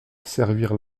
servir